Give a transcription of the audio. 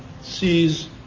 sees